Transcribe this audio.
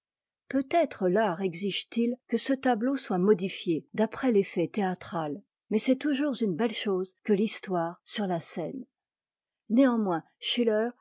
peut-être l'art exige t il que cetabteau soit modifié d'après l'effet théâtrai mais c'est toujours une belle chose que l'histoire sur la scène néanmoins schiller